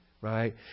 Right